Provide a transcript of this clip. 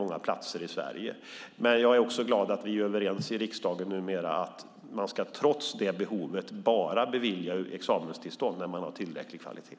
Det gläder mig dock att vi numera är överens om i riksdagen att det trots detta behov bara ska beviljas examenstillstånd när utbildningen håller tillräckligt hög kvalitet.